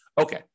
Okay